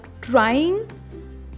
trying